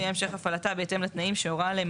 יהיה המשך הפעלתה בהתאם לתנאים שהורה עליהם